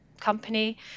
company